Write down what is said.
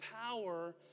power